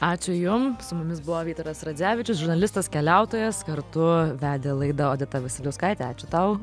ačiū jum su mumis buvo vytaras radzevičius žurnalistas keliautojas kartu vedė laidą odeta vasiliauskaitė ačiū tau